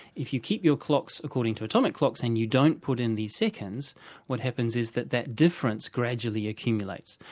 if you keep your clocks according to atomic clocks and you don't put in the seconds what happens is that that difference gradually accumulates,